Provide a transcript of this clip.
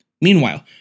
Meanwhile